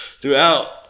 Throughout